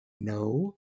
no